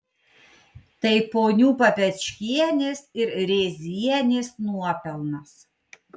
tai ponių papečkienės ir rėzienės nuopelnas